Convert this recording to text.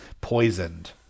poisoned